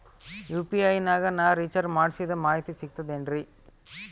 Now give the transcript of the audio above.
UPI ನಾಗ ನಾ recharge ಮಾಡಿಸಿದ ಮಾಹಿತಿ ಸಿಕ್ತದೆ ಏನ್ರಿ?